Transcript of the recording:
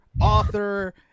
author